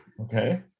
Okay